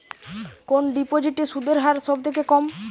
কোন ডিপোজিটে সুদের হার সবথেকে কম?